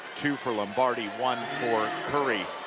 two for lombardi, one for curry.